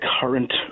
current